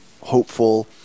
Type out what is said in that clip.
hopeful